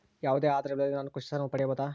ಯಾವುದೇ ಆಧಾರವಿಲ್ಲದೆ ನಾನು ಕೃಷಿ ಸಾಲವನ್ನು ಪಡೆಯಬಹುದಾ?